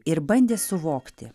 ir bandė suvokti